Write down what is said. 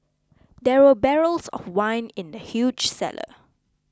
there were barrels of wine in the huge cellar